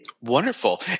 Wonderful